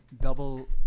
double